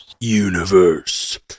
universe